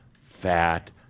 fat